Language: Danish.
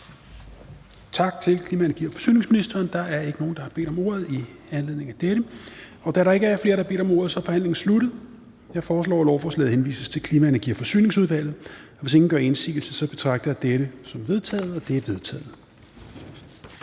Tak til klima-, energi- og forsyningsministeren. Der er ikke nogen, der har bedt om ordet i anledning af dette. Da der ikke er flere, der har bedt om ordet, er forhandlingen sluttet. Jeg foreslår, at lovforslaget henvises til Klima-, Energi- og Forsyningsudvalget. Hvis ingen gør indsigelse, betragter jeg dette som vedtaget. Det er vedtaget.